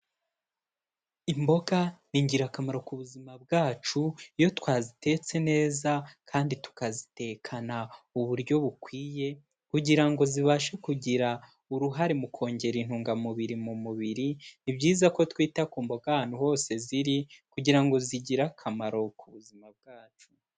Imboga ni ingirakamaro ku buzima bwacu iyo twazitetse neza kandi tukazitekana uburyo bukwiye kugira ngo zibashe kugira uruhare mu kongera intungamubiri mu mubiri, ni byiza ko twita ku mboga ahantu hose ziri kugira ngo zigire akamaro ku buzima bwacu.